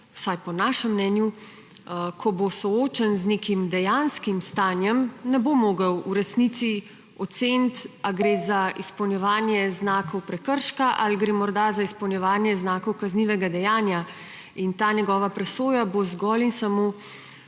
vsaj po našem mnenju, ko bo soočen z nekim dejanskim stanjem, ne bo mogel v resnici oceniti, ali gre za izpolnjevanje znakov prekrška ali gre morda za izpolnjevanje znakov kaznivega dejanja. In ta njegova presoja bo zgolj in samo